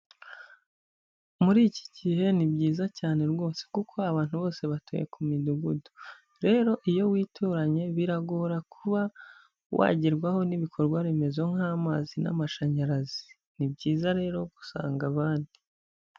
Muri iki gihe ni byiza cyane rwose kuko abantu bose batuye ku midugudu. Rero iyo wituranye biragora kuba wagerwaho n'ibikorwa remezo nk'amazi n'amashanyarazi, ni byiza rero gusanga abandi.